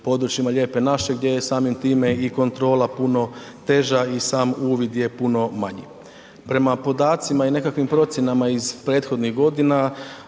područjima lijepe naše gdje je samim time i kontrola puno teža i sam uvid je puno manji. Prema podacima i nekakvim procjenama iz prethodnih godina